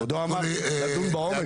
כבודו אמר שנדון לעומק.